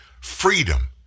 freedom